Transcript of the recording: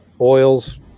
oils